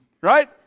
right